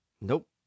nope